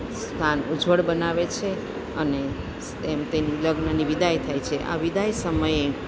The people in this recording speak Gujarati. સ્થાન ઉજ્જવળ બનાવે છે અને તેમ તેની લગ્નની વિદાય થાય છે આ વિદાય સમયે